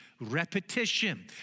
repetition